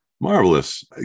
Marvelous